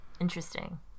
interesting